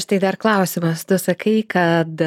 štai dar klausimas tu sakai kad